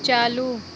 चालू